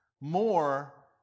More